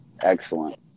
Excellent